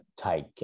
take